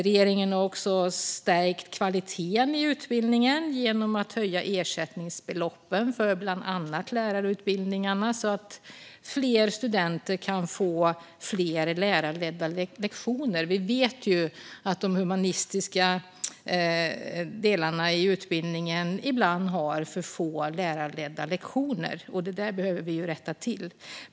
Regeringen har stärkt kvaliteten i utbildningen genom att höja ersättningsbeloppen för bland annat lärarutbildningarna så att fler studenter kan få fler lärarledda lektioner. Vi vet att de humanistiska delarna i utbildningen ibland har för få lärarledda lektioner, och det behöver vi rätta till.